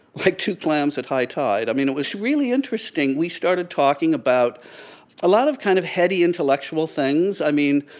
like two clams at high tide. i mean, it was really interesting. we started talking about a lot of kind of heady intellectual things. i mean,